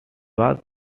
was